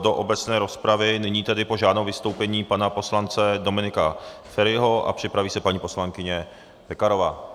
Do obecné rozpravy nyní požádám o vystoupení pana poslance Dominika Feriho a připraví se paní poslankyně Pekarová.